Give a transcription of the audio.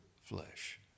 flesh